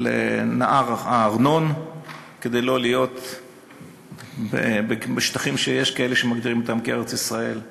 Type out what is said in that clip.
לנהר הארנון כדי לא להיות בשטחים שיש כאלה שמגדירים אותם כארץ-ישראל,